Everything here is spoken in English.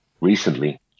recently